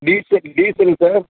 diesel diesel sir